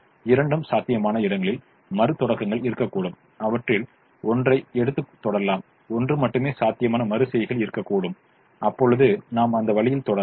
இரண்டும் சாத்தியமான இடங்களில் மறுதொடக்கங்கள் இருக்கக்கூடும் அவற்றில் ஒன்றை எடுத்து தொடரலாம் ஒன்று மட்டுமே சாத்தியமான மறு செய்கைகள் இருக்கக்கூடும் அப்பொழுது நாம் அந்த வழியில் தொடரலாம்